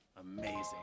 Amazing